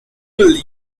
believe